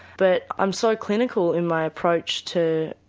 but i'm so clinical in my approach to,